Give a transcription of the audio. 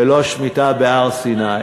ולא שמיטה בהר-סיני.